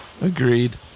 Agreed